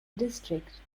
district